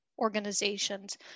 organizations